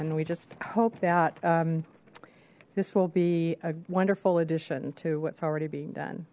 and we just hope that this will be a wonderful addition to what's already being done